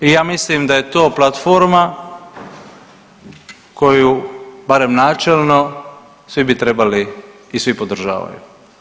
I ja mislim da je to platforma koju barem načelno svi bi trebali i svi podržavaju.